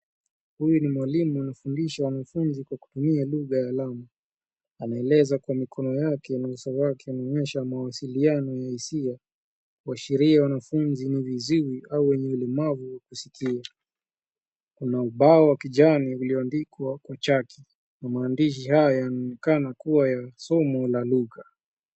Huyu ni mwalimu anayefundisha wanafunzi lugha ya alama. Anaeleza kwa mikono yake, uso wake, na kuonyesha mawasiliano yenye hisia. Kwa ajili ya wanafunzi wake, wengi wao wana ulemavu wa kusikia. Kuna mabango yaliyoandikwa kwa chaki. Maandishi haya yanaonekana kuwa ya somo la lugha.